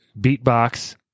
beatbox